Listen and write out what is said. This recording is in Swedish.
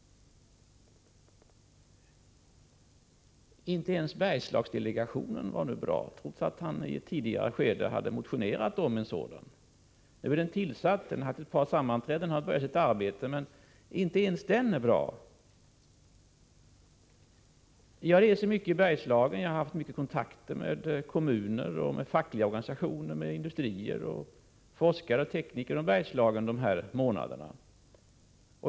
Inte ens Bergslagsdelegationen är bra, trots att Hans Petersson i ett tidigare skede motionerat om en sådan. Nu är delegationen tillsatt. Man har haft ett par sammanträden och man har börjat sitt arbete. Men, som sagt, inte ens Bergslagsdelegationen är bra. Jag reser mycket i Bergslagen och jag har haft många kontakter med kommuner, fackliga organisatoner, industrier, forskare och tekniker från Bergslagen under de senaste månaderna.